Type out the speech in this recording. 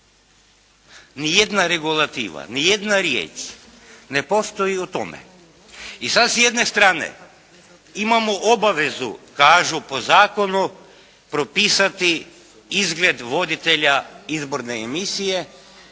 Nijedna regulativa, nijedna riječ ne postoji o tome. I sada s jedne strane imamo obavezu kažu po zakonu propisati izgleda voditelja izborne emisije,